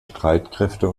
streitkräfte